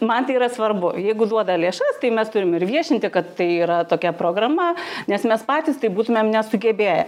man tai yra svarbu jeigu duoda lėšas tai mes turim ir viešinti kad tai yra tokia programa nes mes patys tai būtumėm nesugebėję